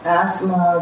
asthma